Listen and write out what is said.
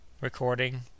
Recording